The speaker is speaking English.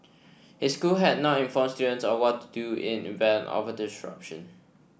his school had not informed students of what to do in event of a disruption